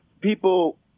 people